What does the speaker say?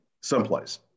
someplace